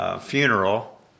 funeral